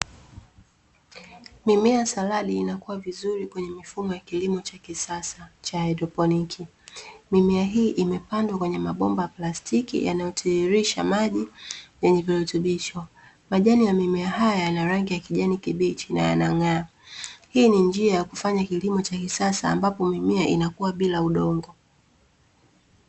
Mimea ya saladi inakua vizuri kwenye mifumo ya kilimo cha kisasa cha haidroponiki. Mimea hii imepandwa kwenye mabomba ya plastiki yanayotiririsha maji yenye virutubisho. Majani ya mimea haya yana rangi ya kijani kibichi na yangang'aa. Hii ni njia ya kufanya kilimo cha kisasa ambapo mimea inakua bila udongo.